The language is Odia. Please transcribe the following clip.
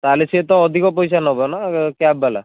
ତା'ହେଲେ ସିଏ ତ ଅଧିକ ପଇସା ନେବ ନା କ୍ୟାବ୍ବାଲା